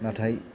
नाथाय